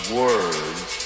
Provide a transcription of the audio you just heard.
words